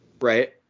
Right